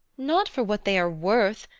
not for what they are worth!